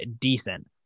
decent